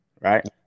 right